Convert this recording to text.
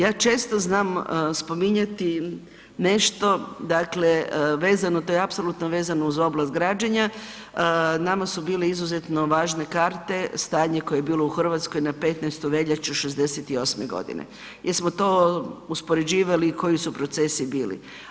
Ja često znam spominjati nešto dakle vezano, to je apsolutno vezano uz oblast građenja, nama su bile izuzetno važne karte, stanje koje je bilo u Hrvatskoj na 15. veljaču '68. godine jer smo to uspoređivali koji su procesi bili.